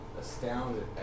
astounded